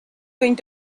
going